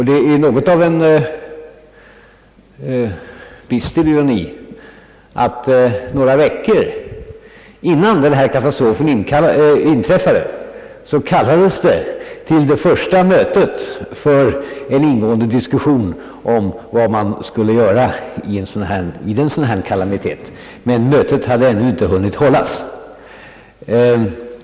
Det är något av en bister ironi att det några veckor innan den här katastrofen inträffade kallades till det första mötet för en ingående diskussion om vad man skulle göra vid en kalamitet som denna men mötet hade ännu inte hunnit hållas.